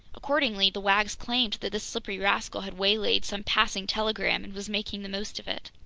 accordingly, the wags claimed that this slippery rascal had waylaid some passing telegram and was making the most of it.